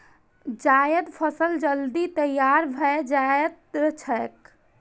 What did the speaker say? जायद फसल जल्दी तैयार भए जाएत छैक